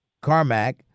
Carmack